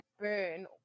burn